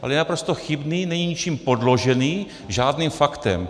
Ale je naprosto chybný, není ničím podložený, žádným faktem.